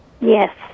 Yes